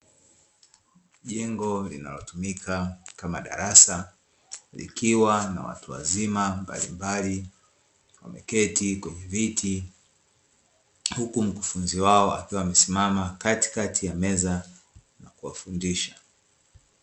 Jengo linalotumika kama darasa likiwa na watu wazima mbalimbali wameketi kwenye viti huku mkufunzi wao akiwa amesimama katikati ya meza na kuwafundisha.